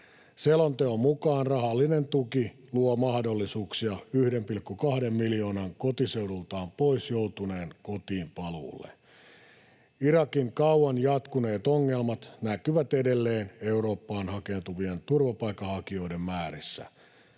Selonteon mukaan rahallinen tuki luo mahdollisuuksia 1,2 miljoonan kotiseudultaan pois joutuneen kotiinpaluulle. Irakin kauan jatkuneet ongelmat näkyvät edelleen Eurooppaan hakeutuvien turvapaikanhakijoiden määrissä.